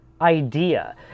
idea